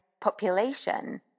population